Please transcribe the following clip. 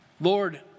Lord